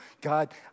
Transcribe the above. God